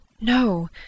no